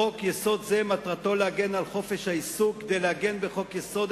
"חוק-יסוד זה מטרתו להגן על חופש העיסוק כדי לעגן בחוק-יסוד